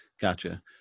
Gotcha